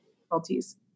difficulties